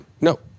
No